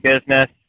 business